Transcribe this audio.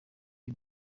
the